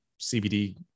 CBD